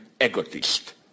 egotist